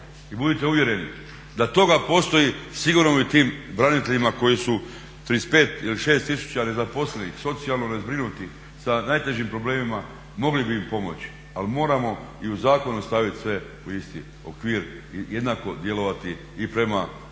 budite uvjereni da toga postoji sigurno bi tim braniteljima koji su 35 ili 36 tisuća nezaposlenih, socijalno nezbrinutih sa najtežim problemima mogli bi im pomoći. Ali moramo i u zakonu staviti sve u isti okvir i jednako djelovati i prema lokalnoj